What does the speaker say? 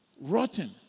Rotten